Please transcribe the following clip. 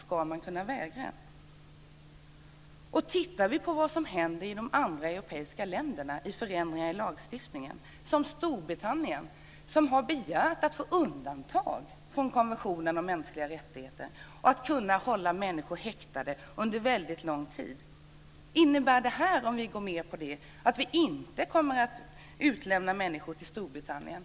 Vi kan se på vad som händer i de andra europeiska länderna när det gäller förändringar i lagstiftningen. Storbritannien, t.ex., har begärt att få göra undantag från konventionen om mänskliga rättigheter för att kunna hålla människor häktade under väldigt lång tid. Innebär detta, om vi går med på det, att vi inte kommer att utlämna människor till Storbritannien?